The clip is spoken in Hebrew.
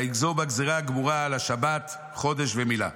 ויגזור בה גזרה גמורה על השבת ראש חודש ומילה.